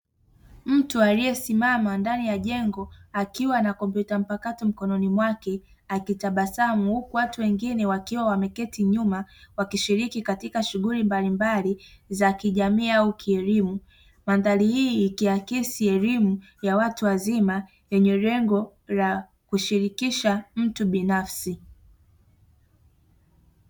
Mtu aliyesimama ndani ya jengo akiwa na kompyuta mpakato mkononi mwake akitabasamu huku watu wengine wakiwa wameketi nyuma wakishiriki katika shughuli mbalimbali za kijamii au kielimu. Mandhari hii ikiakisi elimu ya watu wazima yenye lengo la kushirikisha mtu binafsi.